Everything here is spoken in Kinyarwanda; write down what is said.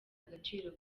agaciro